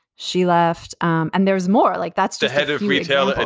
she left. um and there is more like, that's the head of retail.